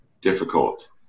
difficult